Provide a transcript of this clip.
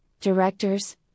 directors